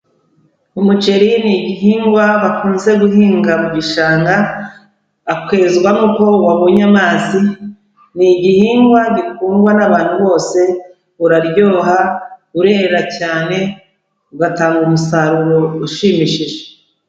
Umuceri n ihingwa bakunze guhinga mu bishanga, akwezwamo ko wabonye amazi, ni igihingwa gikundwa n'abantu bose, uraryoha, urera cyane, ugatanga umusaruro ushimishije.